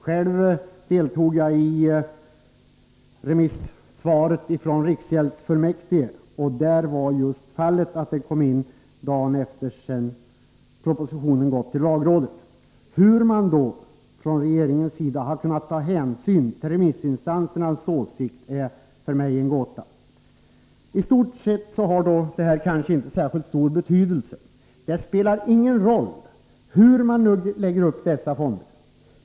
Själv deltog jag i remissvaret från riksgäldsfullmäktige, och där var just fallet att svaret kom in dagen efter det propositionen gått till lagrådet. Hur regeringen då kunnat ta hänsyn till remissinstansernas åsikter är för mig en gåta. I stort sett har dock detta kanske inte särskilt stor betydelse. Det spelar ingen roll hur man lägger upp dessa fonder.